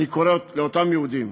אני קורא לאותם יהודים: